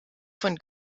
von